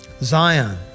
Zion